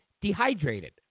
dehydrated